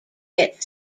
get